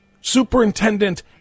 Superintendent